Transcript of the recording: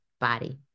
body